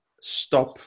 stop